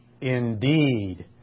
indeed